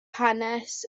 hanes